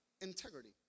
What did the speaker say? integrity